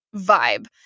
vibe